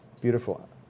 Beautiful